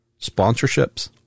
sponsorships